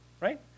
right